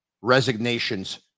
Resignations